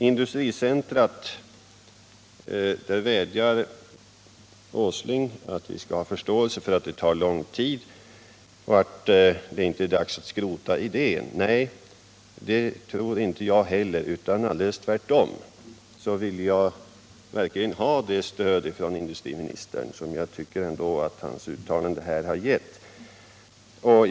Industriminister Åsling vädjar om att vi skall ha förståelse för att det tar lång tid med industricentret och säger att det inte är dags att skrota idén. Det tror inte jag heller. Tvärtom, jag vill verkligen ha det stöd från industriministern som jag ändå tycker att hans uttalande här har gett förhoppning om.